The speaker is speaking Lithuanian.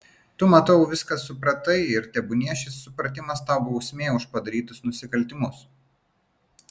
tu matau viską supratai ir tebūnie šis supratimas tau bausmė už padarytus nusikaltimus